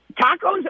Taco's